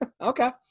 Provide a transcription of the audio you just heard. okay